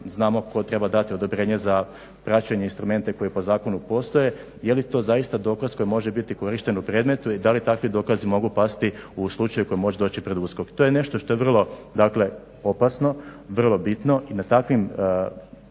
znamo tko treba dati odobrenje za praćenje i instrumente koji po zakonu postoje jeli to zaista dokaz koji može biti korišten u predmetu i da li takvi dokazi mogu pasti u slučaju koji može doći pred USKOK. To je nešto što je vrlo opasno, vrlo bitno i na takvim